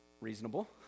reasonable